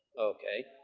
okay.